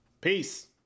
Peace